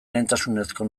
lehentasunezko